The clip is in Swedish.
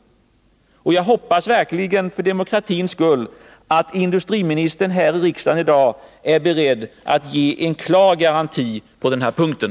Och jag hoppas verkligen, för demokratins skull, att industriministern här i riksdagen i dag är beredd att ge en klar garanti på den punkten.